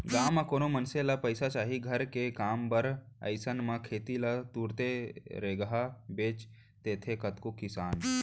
गाँव म कोनो मनसे ल पइसा चाही घर के काम बर अइसन म खेत ल तुरते रेगहा बेंच देथे कतको किसान